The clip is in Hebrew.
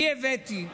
אני הבאתי,